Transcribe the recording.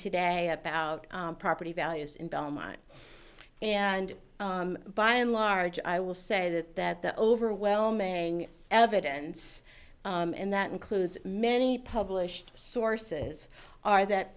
today about property values in belmont and by and large i will say that that the overwhelming evidence and that includes many published sources are that